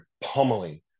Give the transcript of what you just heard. pummeling